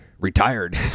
retired